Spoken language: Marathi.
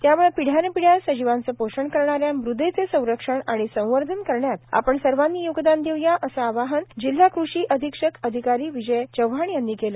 त्यामुळं पिढ्यानपिढ्या सजीवांचे पोषण करणाऱ्या मृदेचे संरक्षण आणि संवर्धन करण्यात आपण सर्वांनी योगदान देऊ या असं आवाहन जिल्हा कृषी अधीक्षक अधिकारी विजय चव्हाण यांनी केलं